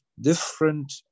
different